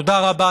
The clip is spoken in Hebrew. תודה רבה.